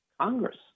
Congress